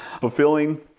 fulfilling